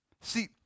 See